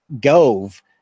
Gove